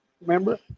Remember